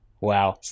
Wow